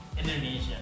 Indonesia